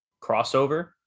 crossover